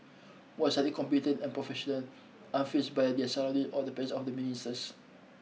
was highly competent and professional unfazed by their surrounding or the presence of the